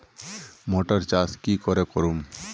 Motor चास की करे करूम?